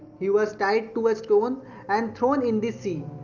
he was tied to a stone and thrown in the sea.